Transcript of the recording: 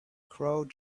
crowd